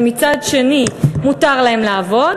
ומצד שני מותר להם לעבוד,